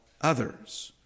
others